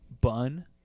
Bun